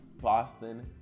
Boston